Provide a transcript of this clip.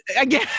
again